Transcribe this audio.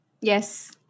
Yes